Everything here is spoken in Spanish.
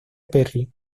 perry